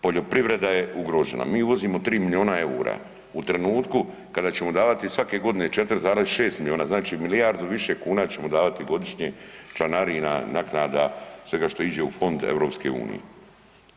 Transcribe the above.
Poljoprivreda je ugrožena, mi uvozimo 3 milijuna eura u trenutku kada ćemo davati svake godine 4,6 milijuna, znači milijardu više kuna ćemo davati godišnje članarina, naknada, svega što ide u fond EU-a.